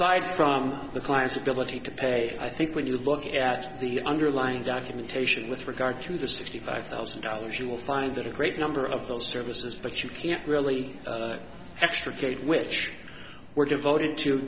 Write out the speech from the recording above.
aside from the client's ability to pay i think when you look at the underlying documentation with regard to the sixty five thousand dollars you will find that a great number of those services but you can't really extricate which were devoted to